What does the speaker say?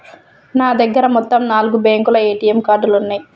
నా దగ్గర మొత్తం నాలుగు బ్యేంకుల ఏటీఎం కార్డులున్నయ్యి